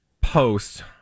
post